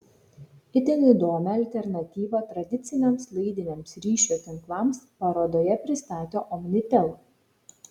itin įdomią alternatyvą tradiciniams laidiniams ryšio tinklams parodoje pristatė omnitel